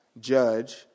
judge